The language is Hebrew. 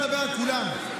אמרו לכם את האמת?